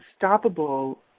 unstoppable